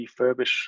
refurbish